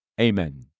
Amen